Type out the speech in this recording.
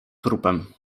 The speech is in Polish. trupem